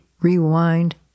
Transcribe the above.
rewind